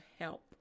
help